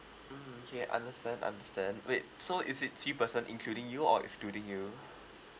mm okay understand understand wait so is it three person including you or excluding you